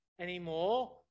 anymore